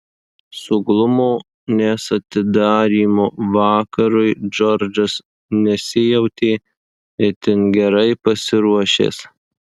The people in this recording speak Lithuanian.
suglumo nes atidarymo vakarui džordžas nesijautė itin gerai pasiruošęs